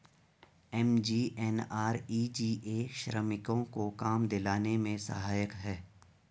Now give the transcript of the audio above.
MGNREGA श्रमिकों को काम दिलाने में सहायक है